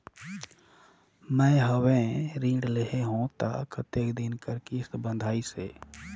मैं हवे ऋण लेहे हों त कतेक दिन कर किस्त बंधाइस हे?